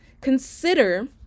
consider